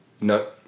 No